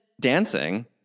Dancing